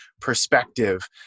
perspective